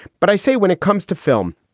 but i say when it comes to film,